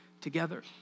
together